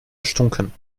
erstunken